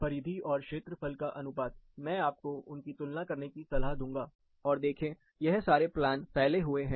परिधि और क्षेत्रफल का अनुपात मैं आपको उनकी तुलना करने की सलाह दूंगा और देखें यह सारे प्लान फैले हुए हैं